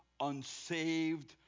unsaved